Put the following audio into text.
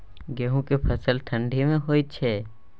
गेहूं के फसल ठंडी मे होय छै?